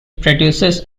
produces